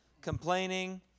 complaining